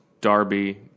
Darby